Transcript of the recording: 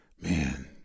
Man